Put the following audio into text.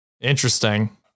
Interesting